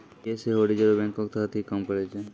यें सेहो रिजर्व बैंको के तहत ही काम करै छै